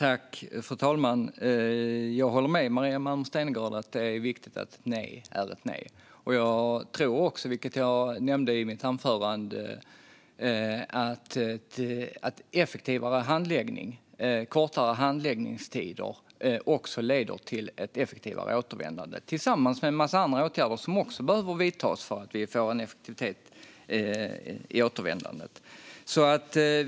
Fru talman! Jag håller med Maria Malmer Stenergard om att det är viktigt att ett nej är ett nej. Jag tror också, vilket jag nämnde i mitt anförande, att effektivare handläggning och kortare handläggningstider också leder till ett effektivare återvändande, tillsammans med en mängd andra åtgärder som också behöver vidtas så att vi får en effektivitet i återvändandet.